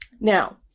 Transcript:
now